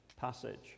passage